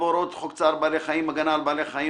בהוראות חוק צער בעלי חיים (הגנה על בעלי חיים),